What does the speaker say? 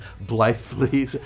blithely